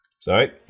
Sorry